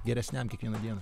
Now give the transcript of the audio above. geresniam kiekvieną dieną